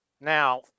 Now